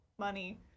money